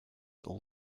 all